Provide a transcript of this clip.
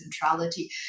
centrality